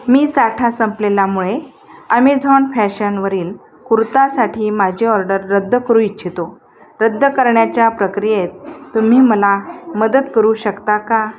मी साठा संपलेल्यामुळे अमेझॉन फॅशनवरील कुर्तासाठी माझी ऑर्डर रद्द करू इच्छितो रद्द करण्याच्या प्रक्रियेत तुम्ही मला मदत करू शकता का